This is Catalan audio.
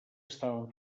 estaven